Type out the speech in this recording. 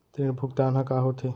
ऋण भुगतान ह का होथे?